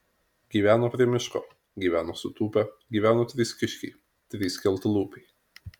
gyveno prie miško gyveno sutūpę gyveno trys kiškiai trys skeltalūpiai